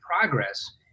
progress